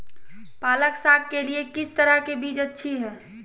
पालक साग के लिए किस तरह के बीज अच्छी है?